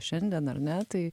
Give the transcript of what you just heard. šiandien ar ne tai